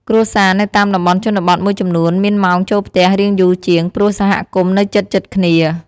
គ្រួសារនៅតាមតំបន់ជនបទមួយចំនួនមានម៉ោងចូលផ្ទះរាងយូរជាង ព្រោះសហគមន៍នៅជិតៗគ្នា។